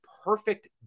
perfect